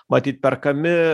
matyt perkami